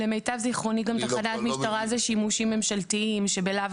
למיטב זכרוני גם תחנת משטרה זה שימושים ממשלתיים שבלאו